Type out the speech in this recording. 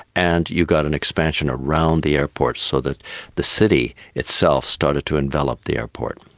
and you got an expansion around the airports so that the city itself started to envelop the airport.